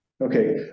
Okay